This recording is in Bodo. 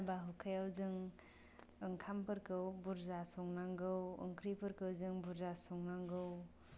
हाबा हुखायाव जों ओंखामफोरखौ बुरजा संनांगौ ओंख्रिफोरखौ जों बुरजा संनांगौ